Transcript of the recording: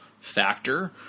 factor